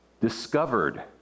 discovered